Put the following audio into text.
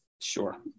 sure